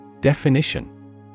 Definition